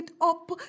up